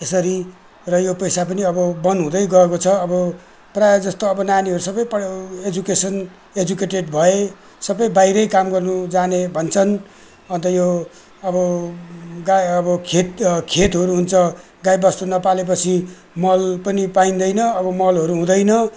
यसरी र यो पेसा पनि अब बन्द हुँदै गएको छ अब प्रायःजस्तो अब नानीहरू सबै पढ्यो एजुकेसन एजुकेटेड भए सबै बाहिरै काम गर्नु जाने भन्छन् अन्त यो अब गाई अब खेत खेतहरू हुन्छ गाईबस्तु नपालेपछि मल पनि पाइँदैन अब मलहरू हुँदैन